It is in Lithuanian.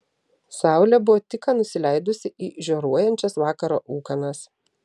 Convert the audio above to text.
saulė buvo tik ką nusileidusi į žioruojančias vakaro ūkanas